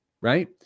right